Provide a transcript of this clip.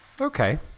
Okay